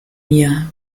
mir